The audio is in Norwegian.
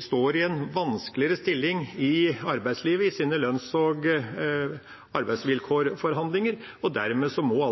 står i en vanskeligere stilling i arbeidslivet i sine lønns- og arbeidsvilkårforhandlinger. Dermed må